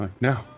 No